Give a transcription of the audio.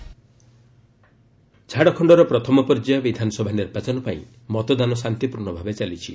Jharkhand polling ଝାଡ଼ଖଣ୍ଡର ପ୍ରଥମ ପର୍ଯ୍ୟାୟ ବିଧାନସଭା ନିର୍ବାଚନ ପାଇଁ ମତଦାନ ଶାନ୍ତିପୂର୍ଣ୍ଣ ଭାବେ ଚାଲିଛି